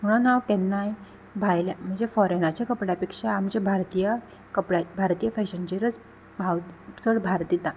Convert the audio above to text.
म्हणून हांव केन्नाय भायल्या म्हणजे फॉरेनाच्या कपड्या पेक्षा आमचे भारतीय कपड्या भारतीय फॅशनचेरच भाव चड भार दिता